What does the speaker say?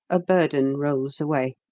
a burden rolls away.